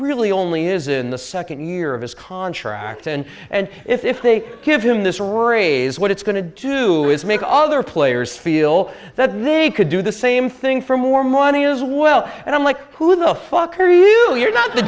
really only is in the second year of his contract and and if they give him this raise what it's going to do is make other players feel that they could do the same thing for more money as well and i'm like who the fuck are you you're not the